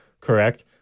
correct